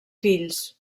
fills